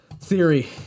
Theory